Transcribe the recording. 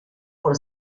por